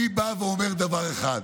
אני בא אומר דבר אחד: